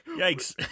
Yikes